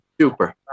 Super